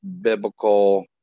biblical